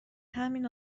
همین